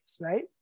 right